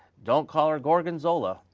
don't call her gorgonzola.